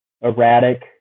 erratic